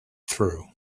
through